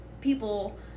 people